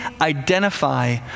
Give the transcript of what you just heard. identify